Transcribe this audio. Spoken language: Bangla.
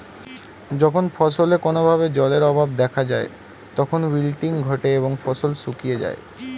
যখন ফসলে কোনো ভাবে জলের অভাব দেখা যায় তখন উইল্টিং ঘটে এবং ফসল শুকিয়ে যায়